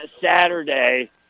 Saturday